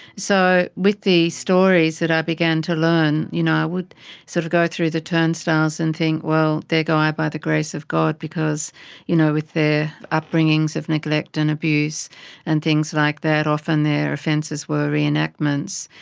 so with the stories that i began to learn, you know i would sort of go through the turnstiles and think, well, there go i by the grace of god, because you know with their upbringings of neglect and abuse and things like that, often their offences were re-enactments,